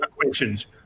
questions